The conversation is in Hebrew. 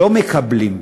לא מקבלים.